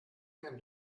kein